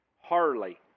Harley